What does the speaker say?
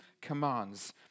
commands